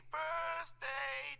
birthday